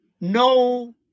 no